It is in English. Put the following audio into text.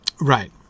Right